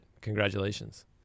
Congratulations